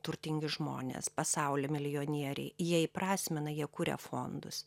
turtingi žmonės pasaulio milijonieriai jie įprasmina jie kuria fondus